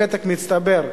בוותק מצטבר,